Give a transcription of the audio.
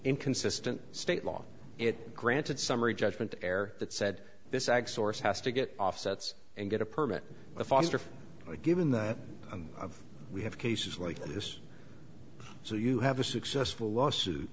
inconsistent state law it granted summary judgment to air that said this ag source has to get offsets and get a permit to foster given that we have cases like this so you have a successful lawsuit